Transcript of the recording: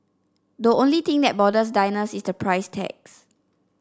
the only thing that bothers diners is the price tags